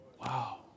Wow